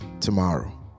tomorrow